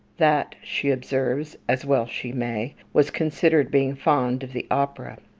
that, she observes as well she may was considered being fond of the opera.